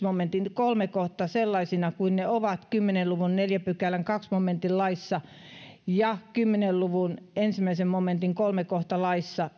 momentin kolmas kohta sellaisina kuin ne ovat kymmenen luvun neljännen pykälän toinen momentti laissa ja yhdentoista luvun ensimmäisen momentin kolmas kohta laissa